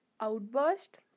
outburst